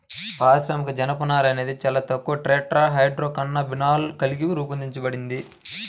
పారిశ్రామిక జనపనార అనేది చాలా తక్కువ టెట్రాహైడ్రోకాన్నబినాల్ కలిగి రూపొందించబడింది